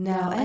Now